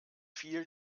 viel